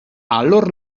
alor